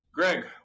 Greg